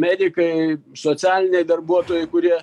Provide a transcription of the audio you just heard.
medikai socialiniai darbuotojai kurie